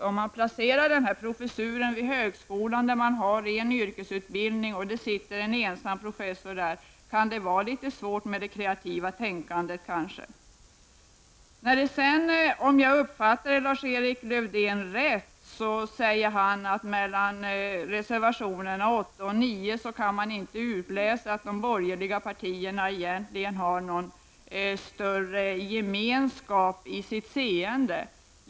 Om denna professur placeras vid en högskola med ren yrkesutbildning och det sitter en ensam professor där, kan det kanske bli litet svårt med det kreativa tänkandet. Om jag uppfattade Lars-Erik Lövdén rätt så sade han att man i reservationerna 8 och 9 inte kan utläsa att de borgerliga partierna egentligen har någon större gemenskap i sitt seende.